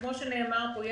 כמו שנאמר פה,